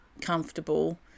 comfortable